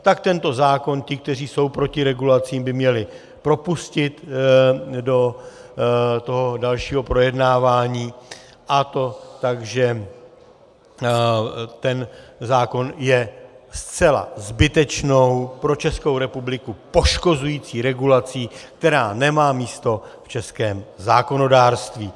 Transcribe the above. Tak tento zákon by ti, kteří jsou proti regulacím, měli propustit do dalšího projednávání, a to tak, že ten zákon je zcela zbytečnou, pro Českou republiku poškozující regulací, která nemá místo v českém zákonodárství.